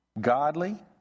Godly